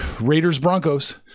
Raiders-Broncos